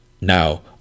Now